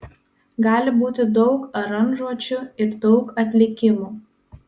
gali būti daug aranžuočių ir daug atlikimų